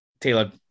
Taylor